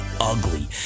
ugly